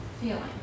feeling